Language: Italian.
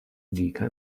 dica